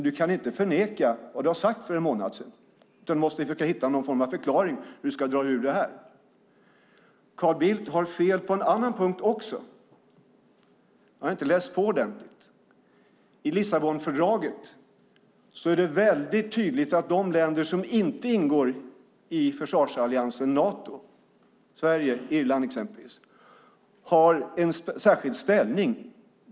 Du kan inte förneka vad du har sagt för en månad sedan, utan du måste försöka hitta någon form av förklaring för hur du ska dra dig ur detta. Carl Bildt har fel på en annan punkt också. Han har inte läst på ordentligt. I Lissabonfördraget står det tydligt att de länder som inte ingår i försvarsalliansen Nato - till exempel Sverige och Irland - har en särskild ställning.